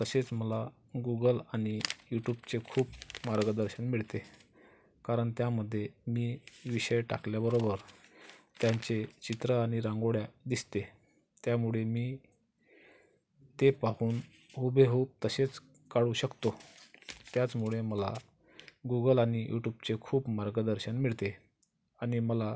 तसेच मला गूगल आणि यूट्यूबचे खूप मार्गदर्शन मिळते कारण त्यामध्ये मी विषय टाकल्याबरोबर त्याचे चित्र आणि रांगोळ्या दिसते त्यामुळे मी ते पाहून हुबेहूब असेच काढू शकतो त्याचमुळे मला गूगल आणि यूट्यूबचे खूप मार्गदर्शन मिळते आणि मला